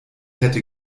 hätte